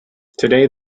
today